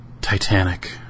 Titanic